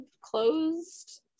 closed